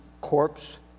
corpse